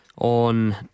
on